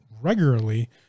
regularly